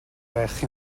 байх